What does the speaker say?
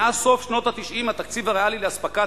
מאז סוף שנות ה-90 התקציב הריאלי לאספקת